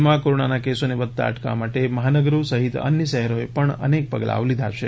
રાજ્યમાં કોરોનાના કેસોને વધતા અટકાવવા માટે મહાનગરો સહિત અન્ય શહેરોએ પણ અનેક પગલાઓ લીધા છે